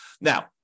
Now